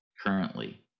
currently